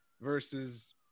Versus